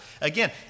Again